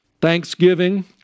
thanksgiving